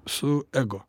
su ego